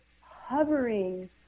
hovering